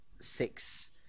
six